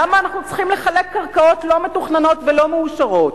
למה אנחנו צריכים לחלק קרקעות לא מתוכננות ולא מאושרות?